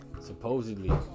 supposedly